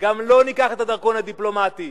גם לו ניקח את הדרכון הדיפלומטי.